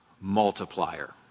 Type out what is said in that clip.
multiplier